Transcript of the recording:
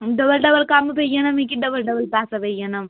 double double कम्म पेई जाना मिकी डबल डबल पैसा पेई जाना